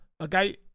Okay